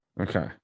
Okay